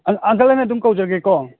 ꯑꯪꯀꯜꯑꯅ ꯑꯗꯨꯝ ꯀꯧꯖꯒꯦꯀꯣ